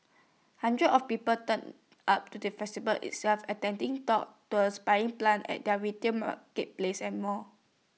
hundreds of people turned up to the festival itself attending talks tours buying plants at their retail marketplace and more